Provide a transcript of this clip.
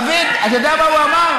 דוד, אתה יודע מה הוא אמר?